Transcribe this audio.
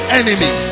enemy